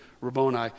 Rabboni